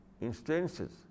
instances